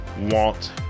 want